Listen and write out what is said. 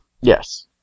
Yes